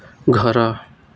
ଘର